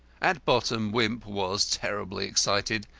at bottom wimp was terribly excited.